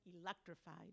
electrified